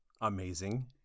amazing